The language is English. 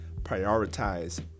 Prioritize